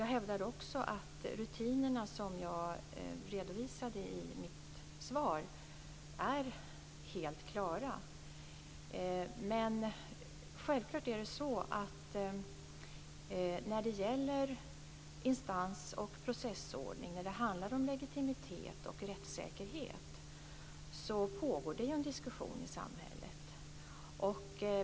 Jag hävdar också att rutinerna som jag redovisade i mitt svar är helt klara. Men självklart är det så att det när det gäller instans och processordning - när det handlar om legitimitet och rättssäkerhet - pågår en diskussion i samhället.